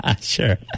Sure